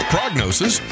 Prognosis